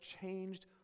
changed